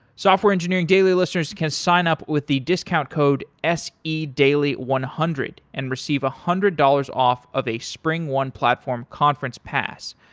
software engineering daily listeners can sign up with the discount code se daily one hundred and receive a one hundred dollars off of a springone platform conference pass,